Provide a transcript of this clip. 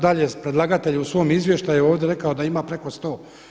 Dakle je predlagatelj u svom izvještaju ovdje rekao da ima preko 100.